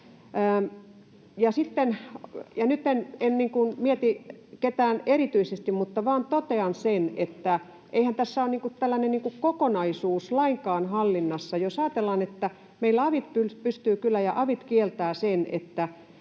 en mieti ketään erityisesti, mutta vain totean sen, että eihän tässä ole tällainen kokonaisuus lainkaan hallinnassa. Jos ajatellaan, että meillä avit pystyvät kyllä ja avit kieltävät